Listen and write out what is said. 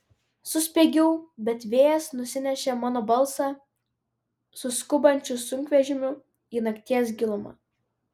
suspiegiau bet vėjas nusinešė mano balsą su skubančiu sunkvežimiu į nakties gilumą